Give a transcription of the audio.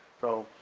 so